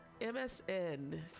msn